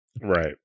Right